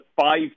five